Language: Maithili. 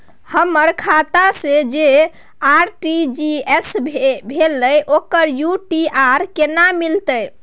हमर खाता से जे आर.टी.जी एस भेलै ओकर यू.टी.आर केना मिलतै?